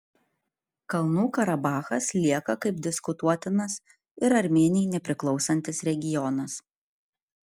kalnų karabachas lieka kaip diskutuotinas ir armėnijai nepriklausantis regionas